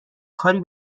کاری